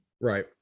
Right